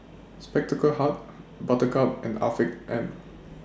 Spectacle Hut Buttercup and Afiq M